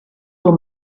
all